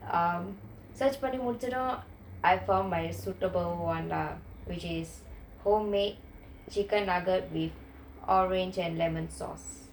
um search பண்ணி முடிச்சதும்:panni mudichathum I found my suitable [one] lah which is homemade chicken nugget with orange and lemon sauce